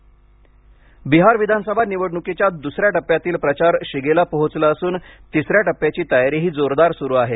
बिहार निवडणक बिहार विधानसभा निवडणुकीच्या द्सऱ्या टप्प्यातील प्रचार शिगेला पोहोचला असून तिसऱ्या टप्प्याची तयारीही जोरदार सुरू आहे